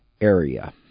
area